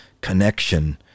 connection